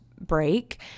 break